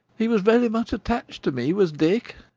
he was very much attached to me, was dick.